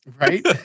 Right